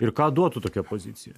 ir ką duotų tokia pozicija